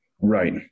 Right